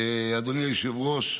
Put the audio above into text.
אדוני היושב-ראש,